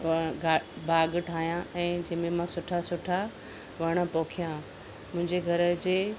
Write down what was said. गा बाग़ ठाहियां ऐं जेमे मां सुठा सुठा वण पोखियां मुंहिंजे घर जे